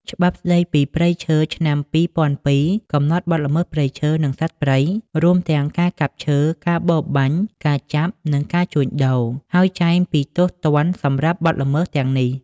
ច្បាប់ស្តីពីព្រៃឈើ ឆ្នាំ ២០០២ កំណត់បទល្មើសព្រៃឈើ និងសត្វព្រៃ រួមទាំងការកាប់ឈើ ការបរបាញ់ ការចាប់ និងការជួញដូរ ហើយចែងពីទោសទណ្ឌសម្រាប់បទល្មើសទាំងនេះ។